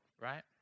Right